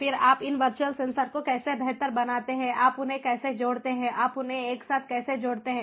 फिर आप इन वर्चुअल सेंसर को कैसे बेहतर बनाते हैं आप उन्हें कैसे जोड़ते हैं आप उन्हें एक साथ कैसे जोड़ते हैं